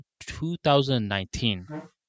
2019